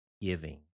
giving